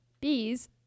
bees